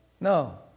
No